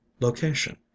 location